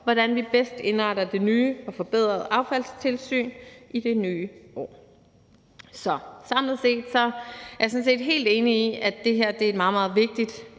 hvordan vi bedst indretter det nye og forbedrede affaldstilsyn i det nye år. Så samlet set er jeg sådan set helt enig i, at det her er et meget, meget vigtigt